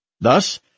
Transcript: Thus